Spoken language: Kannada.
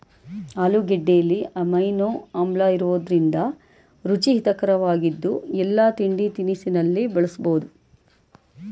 ಆಲೂಗೆಡ್ಡೆಲಿ ಅಮೈನೋ ಆಮ್ಲಇರೋದ್ರಿಂದ ರುಚಿ ಹಿತರಕವಾಗಿದ್ದು ಎಲ್ಲಾ ತಿಂಡಿತಿನಿಸಲ್ಲಿ ಬಳಸ್ಬೋದು